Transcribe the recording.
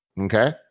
okay